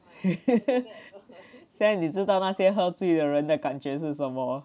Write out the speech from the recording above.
你知道那些喝醉的人的感觉是什么